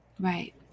Right